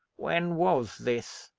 when was this?